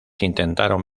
intentaron